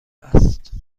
است